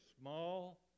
small